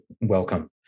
welcome